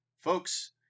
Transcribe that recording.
folks